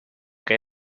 que